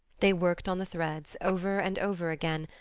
they worked on the threads, over and over again,